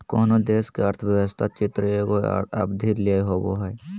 कोनो देश के अर्थव्यवस्था चित्र एगो अवधि ले होवो हइ